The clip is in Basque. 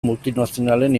multinazionalen